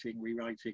rewriting